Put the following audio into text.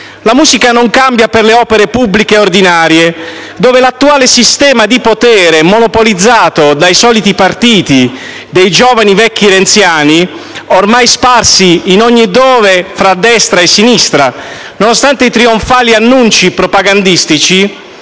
La musica non cambia per le opere pubbliche ordinarie, per cui l'attuale sistema di potere, monopolizzato dai soliti partiti dei "giovani vecchi renziani", ormai sparsi in ogni dove tra destra e sinistra, nonostante i trionfali annunci propagandistici,